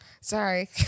sorry